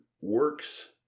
works